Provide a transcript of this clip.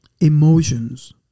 Emotions